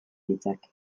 ditzake